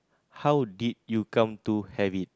how did you come to have it